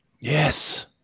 Yes